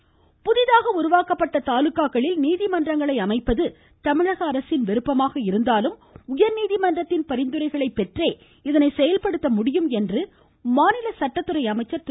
சண்முகம் சட்டப்பேரவை புதிதாக உருவாக்கப்பட்ட தாலுக்காக்களில் நீதிமன்றங்களை அமைப்பது தமிழக அரசின் விருப்பமாக இருந்தாலும் உயர்நீதிமன்றத்தின் பரிந்துரைகளை பெற்றே இதனை செயல்படுத்த முடியும் என்று மாநில சட்டத்துறை அமைச்சர் திரு